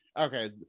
Okay